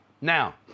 Now